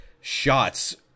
shots